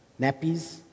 nappies